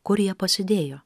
kur jie pasidėjo